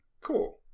Cool